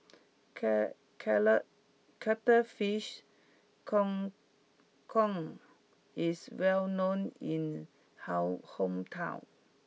cala cuttlefish Kang Kong is well known in how hometown